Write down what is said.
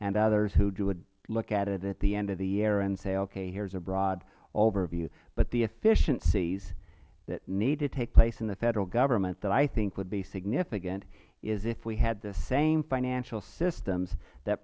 and others who look at it at the end of the year and say okay here is a broad overview but the efficiencies that need to take place in the federal government that i think would be significant is if we had the same financial statements that